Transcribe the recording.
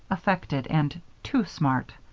affected, and too smart.